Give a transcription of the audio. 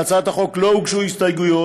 להצעת החוק לא הוגשו הסתייגויות